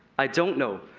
i don't know.